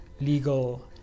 legal